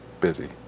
busy